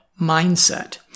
mindset